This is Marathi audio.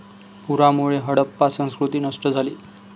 पुरामुळे हडप्पा संस्कृती नष्ट झाली